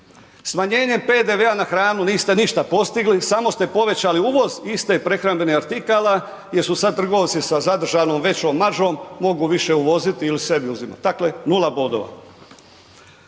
Smanjenjem PDV-a na hranu niste ništa postigli samo ste povećali uvoz istih prehrambenih artikala jer su sad trgovci sa zadržanom većom maržom mogu više uvoziti ili sebi uzimati, dakle 0 bodova.